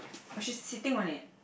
or she sitting on it